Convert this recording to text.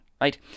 right